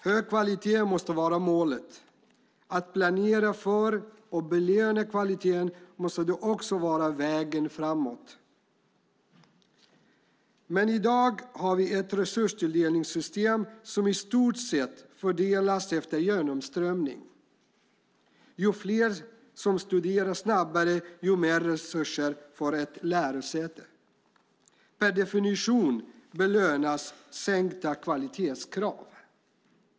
Hög kvalitet måste vara målet. Att planera för och belöna kvaliteten måste också vara vägen framåt. I dag har vi ett resurstilldelningssystem som i stort sett fördelas efter genomströmning. Ju fler som studerar snabbare, ju mer resurser får ett lärosäte. Per definition belönas sänkta kvalitetskrav.